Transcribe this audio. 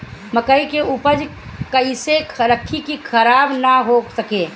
मकई के उपज कइसे रखी की खराब न हो सके?